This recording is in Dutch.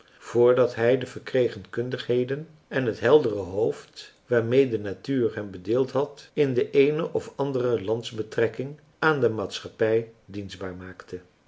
voordat hij de verkregen kundigheden en het heldere hoofd waarmêe de natuur hem bedeeld had in de eene of andere landsbetrekking aan de maatschappij dienstbaar maakte